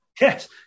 Yes